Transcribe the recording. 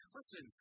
Listen